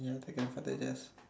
ya your grandfather just passed